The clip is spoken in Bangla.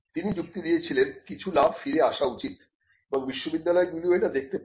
তিনি যুক্তি দিয়েছিলেন কিছু লাভ ফিরে আসা উচিত এবং বিশ্ববিদ্যালয়গুলিও এটা দেখতে পারে